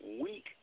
week